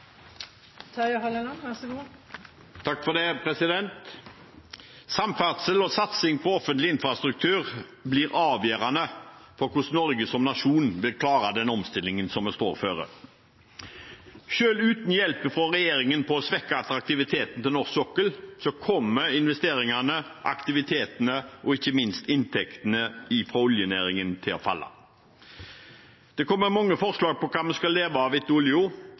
Samferdsel og satsing på offentlig infrastruktur blir avgjørende for hvordan Norge som nasjon vil klare den omstillingen som vi står foran. Selv uten hjelp fra regjeringen med å svekke attraktiviteten til norsk sokkel kommer investeringene, aktiviteten og ikke minst inntektene fra oljenæringen til å falle. Det kommer mange forslag til hva vi skal leve av